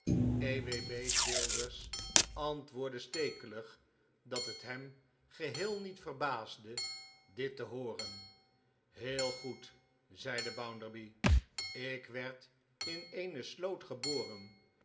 e w b childers antwoordde stekelig dat het hem geheel niet verbaasde dit te hooren heel goed zeide bounderby ik werd in eene sloot geboren